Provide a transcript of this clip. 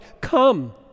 Come